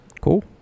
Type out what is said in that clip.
Cool